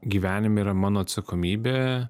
gyvenime yra mano atsakomybė